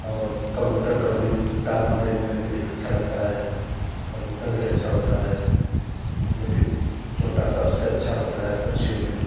और कबूतर का भी दाना देने में भी अच्छा लगता है कबूतर भी अच्छा होता है लेकिन तोता सबसे अच्छा होता है पक्षियों में